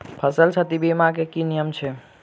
फसल क्षति बीमा केँ की नियम छै?